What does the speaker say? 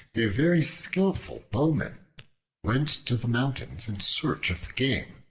a very skillful bowman went to the mountains in search of game,